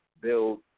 build